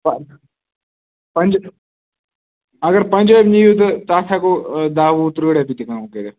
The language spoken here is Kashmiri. پَنجہِ اگر پَنجٲب نِیِو تہٕ تَتھ ہٮ۪کو دَہ وُہ تٕرٛہ رۄپیہِ تہِ کم کٔرِتھ